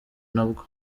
nabwo